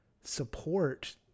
support